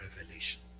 revelation